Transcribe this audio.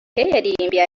yaririmbiye